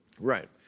Right